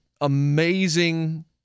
amazing